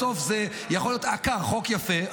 בסוף זה יכול להיות חוק יפה,